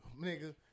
nigga